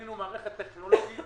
בנינו מערכת טכנולוגית